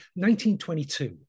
1922